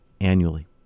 annually